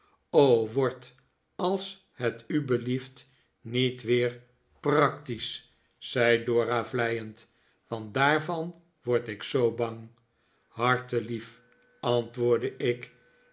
word als het u belieft niet weer practisch zei dora vleiend want daarvan word ik zoo bang hartjelief antwoordde ik